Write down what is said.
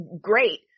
great